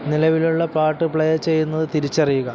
നിലവിലുള്ള പാട്ട് പ്ലേ ചെയ്യുന്നത് തിരിച്ചറിയുക